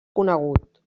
conegut